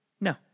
No